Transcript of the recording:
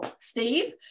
Steve